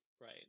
right